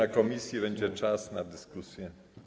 W komisji będzie czas na dyskusje.